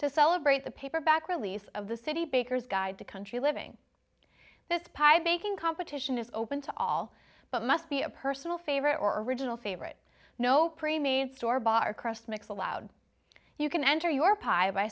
to celebrate the paperback release of the city bakers guide to country living this pie baking competition is open to all but must be a personal favorite or original favorite no pre made store bar crust mix allowed you can enter your pie by